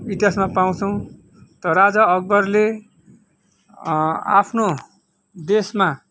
इतिहासमा पाउँछौँ त राजा अकबरले आफ्नो देशमा